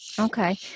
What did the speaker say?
Okay